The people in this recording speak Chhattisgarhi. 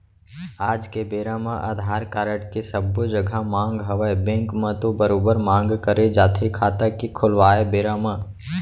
आज के बेरा म अधार कारड के सब्बो जघा मांग हवय बेंक म तो बरोबर मांग करे जाथे खाता के खोलवाय बेरा म